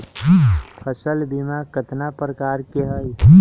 फसल बीमा कतना प्रकार के हई?